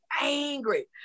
angry